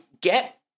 get